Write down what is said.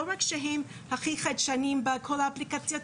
לא רק שהם הכי חדשניים בכל האפליקציות.